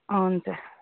हुन्छ